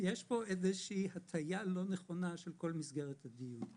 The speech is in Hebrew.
יש פה איזושהי הטיה לא נכונה של כל מסגרת הדיון.